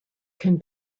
can